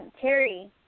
Terry